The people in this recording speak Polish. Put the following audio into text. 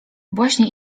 właśnie